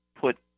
put